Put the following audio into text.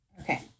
Okay